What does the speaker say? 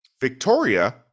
Victoria